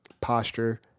posture